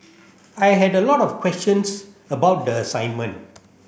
I had a lot of questions about the assignment